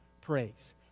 praise